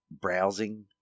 browsing